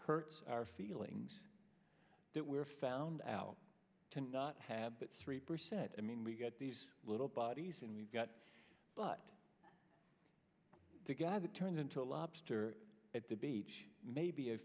hurts our feelings that we're found out to not have that three percent i mean we get these little bodies and we've got but the guy that turns into a lobster at the beach may be a